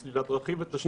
סלילת דרכים ותשתיות.